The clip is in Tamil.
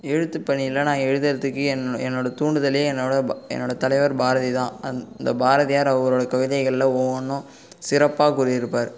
எழுத்துப்பணியில் நான் எழுதுறதுக்கு என் என்னோடய தூண்டுதலே என்னோடய ப என்னோடய தலைவர் பாரதி தான் அந்த பாரதியார் அவரோட கவிதைகளில் ஒவ்வொன்றும் சிறப்பாக கூறியிருப்பார்